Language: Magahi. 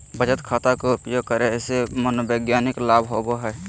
बचत खाता के उपयोग करे से मनोवैज्ञानिक लाभ होबो हइ